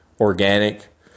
organic